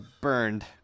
burned